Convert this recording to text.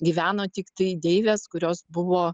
gyveno tiktai deivės kurios buvo